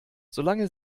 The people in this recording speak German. solange